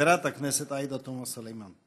חברת הכנסת עאידה תומא סלימאן.